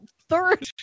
third